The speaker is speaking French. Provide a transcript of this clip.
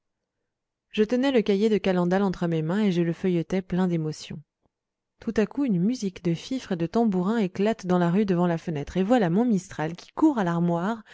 je tenais le cahier de calendal entre mes mains et je le feuilletais plein d'émotion tout à coup une musique de fifres et de tambourins éclate dans la rue devant la fenêtre et voilà mon mistral qui court à l'armoire